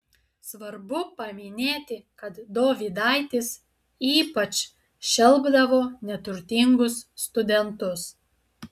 svarbu paminėti kad dovydaitis ypač šelpdavo neturtingus studentus